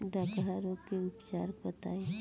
डकहा रोग के उपचार बताई?